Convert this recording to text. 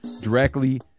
directly